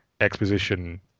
exposition